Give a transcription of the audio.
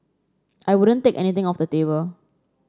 I wouldn't take anything off the table